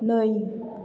नै